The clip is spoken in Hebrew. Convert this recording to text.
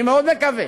אני מאוד מקווה.